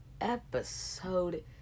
episode